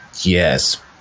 yes